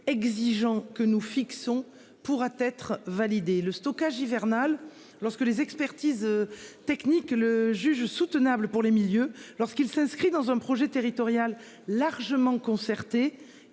exigeants que nous fixons pourra être validé le stockage hivernal lorsque les expertises techniques, le juge soutenables pour les milieux lorsqu'il s'inscrit dans un projet territorial largement concertée